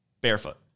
barefoot